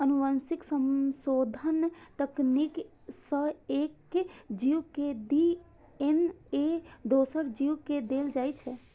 आनुवंशिक संशोधन तकनीक सं एक जीव के डी.एन.ए दोसर जीव मे देल जाइ छै